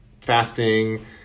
fasting